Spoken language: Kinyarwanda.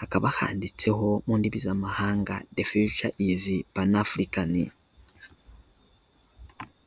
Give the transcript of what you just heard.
hakaba handitseho mu ndimi z'amahanga "De fiyuca izi panafurikani".